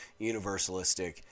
universalistic